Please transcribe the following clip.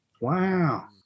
Wow